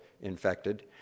infected